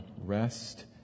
rest